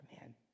man